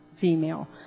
female